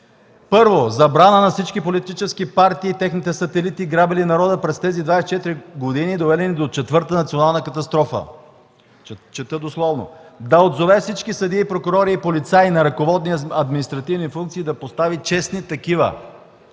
„1. Забрана на всички политически партии и техните сателити, грабили народа през тези 24 години, довели ни до четвърта национална катастрофа” – чета дословно. „2. Да отзове всички съдии, прокурори и полицаи на ръководни административни функции и да постави честни такива.